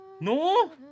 No